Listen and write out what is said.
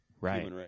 Right